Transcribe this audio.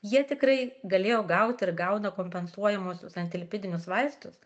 jie tikrai galėjo gaut ir gauna kompensuojamuosius antilipidinius vaistus